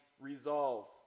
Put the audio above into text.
resolve